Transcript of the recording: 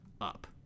up